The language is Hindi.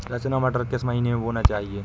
रचना मटर किस महीना में बोना चाहिए?